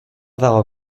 dago